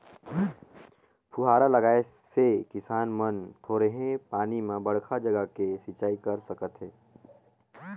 फुहारा लगाए से किसान मन थोरहें पानी में बड़खा जघा के सिंचई कर सकथें